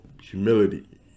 humility